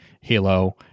halo